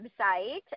website